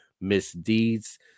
misdeeds